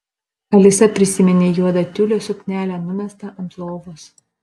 alisa prisiminė juodą tiulio suknelę numestą ant lovos